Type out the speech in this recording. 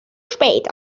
spät